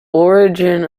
origin